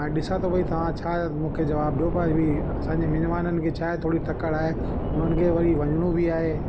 ऐं ॾिसा थो भई तव्हां छा मूंखे जवाबु ॾियो पहिरीं असांजे मिजमाननि खे छाहे थोरी तकड़ि आहे उन्हनि खे वरी वञणो बि आहे